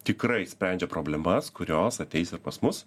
tikrai sprendžia problemas kurios ateis ir pas mus